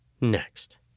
next